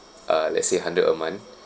uh let's say hundred a month